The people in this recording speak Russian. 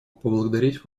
поблагодарить